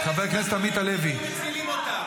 חבר הכנסת יוראי להב הרצנו,